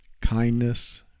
kindness